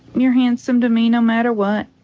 you're handsome to me no matter what.